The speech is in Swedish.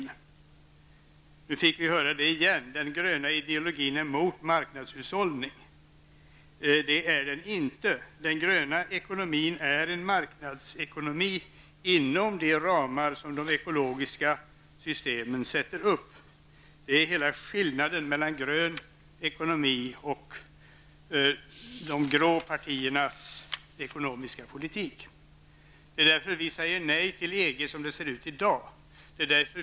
Ja, nu fick vi höra det igen, säger ni, den gröna ideologin är mot marknadshushållning. Det är den inte. Den gröna ekonomin är en marknadsekonomi inom de ramar som de ekologiska systemen sätter upp. Det är skillnaden mellan grön ekonomi och de grå partiernas ekonomiska politik. Det är därför vi säger nej till EG som det ser ut i dag.